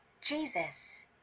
Jesus